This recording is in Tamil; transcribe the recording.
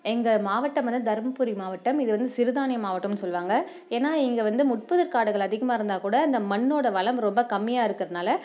எங்கள் மாவட்டம் வந்து தருமபுரி மாவட்டம் இது வந்து சிறுதானிய மாவட்டம்னு சொல்லுவாங்க ஏன்னா இங்கே வந்து முட்புதர் காடுகள் அதிகமாக இருந்தால்கூட இந்த மண்ணோடய வளம் ரொம்ப கம்மியாக இருக்கிறதுனால